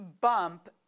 Bump